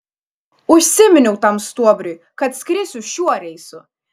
užsiminiau tam stuobriui kad skrisiu šiuo reisu